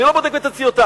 אני לא בודק בציציותיו.